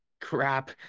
crap